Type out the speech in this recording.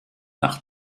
nach